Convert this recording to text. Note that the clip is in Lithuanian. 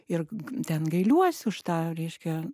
ir ten gailiuosi už tą reiškia